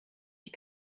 die